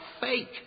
fake